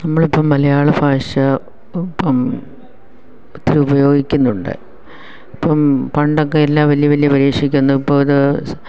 നമ്മള് ഇപ്പം മലയാള ഭാഷ ഇപ്പം ഒത്തിരി ഉപയോഗിക്കുന്നുണ്ട് ഇപ്പം പണ്ടൊക്കെ എല്ലാ വലിയ വലിയ പരീക്ഷക്കൊന്നും ഇപ്പോൾ അത്